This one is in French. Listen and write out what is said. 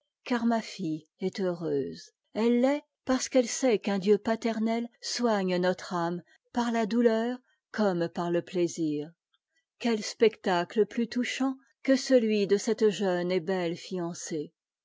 ma fille est heureuse elle l'est parce qu'ehe sait qu'un dieu paternel soigne notre âme par la douteurcommepar le plaisir quel spectacle plus touchant que celui de cette jeune etbeuesancée